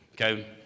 Okay